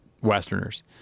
Westerners